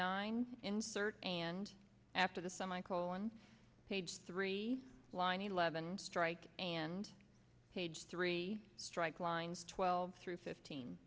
nine insert and after the sun micro on page three line eleven strike and page three strike lines twelve through fifteen